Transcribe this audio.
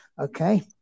Okay